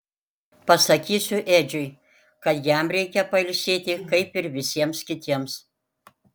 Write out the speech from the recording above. pasakysiu edžiui kad jam reikia pailsėti kaip ir visiems kitiems